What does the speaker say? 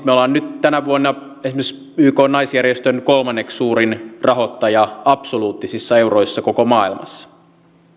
me olemme nyt tänä vuonna esimerkiksi ykn naisjärjestön kolmanneksi suurin rahoittaja absoluuttisissa euroissa koko maailmassa